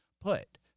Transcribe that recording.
put